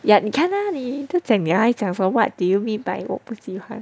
yeah 你看 lah 你都讲了还讲 so what do you mean by 我不喜欢